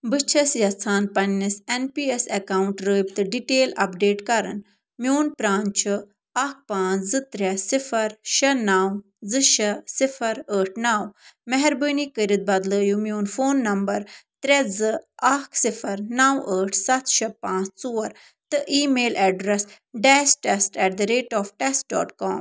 بہٕ چھیٚس یژھان پَننِس ایٚن پی ایٚس ایٚکاوُنٛٹ رٲبطہٕ ڈِٹیل اَپڈیٹ کَرُن میٛون پرٛان چھُ اَکھ پانٛژھ زٕ ترٛےٚ صِفَر شےٚ نَو زٕ شےٚ صِفَر ٲٹھ نَو مہربٲنۍ کٔرِتھ بدلٲیُو میٛون فون نمبر ترٛےٚ زٕ اَکھ صِفَر نَو ٲٹھ سَتھ شےٚ پانٛژھ ژور تہٕ ای میل ایٚڈرَس ڈیس test at the rate of test dot com